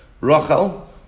Rachel